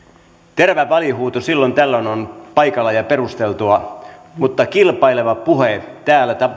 terävä välihuuto silloin tällöin on paikallaan ja perusteltua mutta kilpaileva puhe täällä